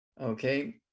okay